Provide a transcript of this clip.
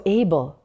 able